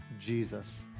Jesus